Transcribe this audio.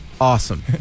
Awesome